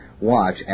watch